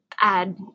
add